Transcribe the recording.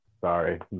sorry